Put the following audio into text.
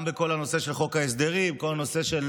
גם בכל הנושא של חוק ההסדרים הינה,